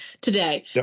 today